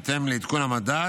בהתאם לעדכון המדד